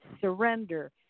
surrender